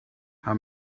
how